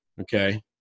Okay